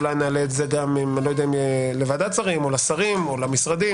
אולי נעלה את זה לוועדת השרים או לשרים או למשרדים,